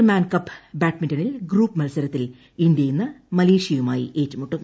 Sudirman Cup ബാഡ്മിന്റണിൽ group മത്സരത്തിൽ India ഇന്ന് മലേഷ്യയുമായി ഏറ്റുമുട്ടും